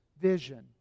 vision